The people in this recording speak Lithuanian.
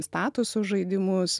statuso žaidimus